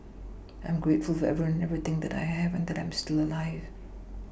I am grateful for everyone and everything that I have and that I am still alive